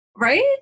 Right